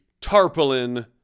Tarpaulin